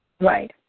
Right